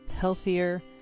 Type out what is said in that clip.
healthier